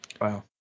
Wow